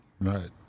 right